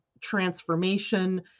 transformation